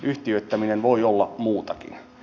yhtiöittäminen voi olla muutakin